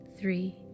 three